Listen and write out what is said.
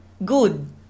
Good